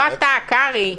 לא אתה, קרעי.